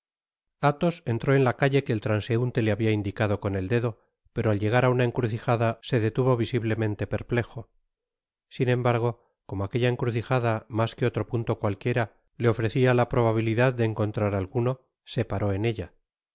athos entró en la calle que el transeunte le habia indicado con et dedo pero al llegar á una encrucijada se detuvo visiblemente perplejo sin embargo como aquella encrucijada mas que otro punto cualquiera le ofrecia la proba bilidad de encontrar á alguno se separó en ella